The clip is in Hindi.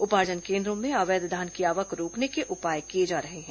उपार्जन केन्द्रों में अवैध धान की आवक रोकने के उपाए किए जा रहे हैं